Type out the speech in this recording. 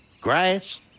grass